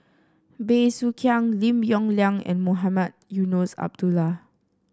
Bey Soo Khiang Lim Yong Liang and Mohamed Eunos Abdullah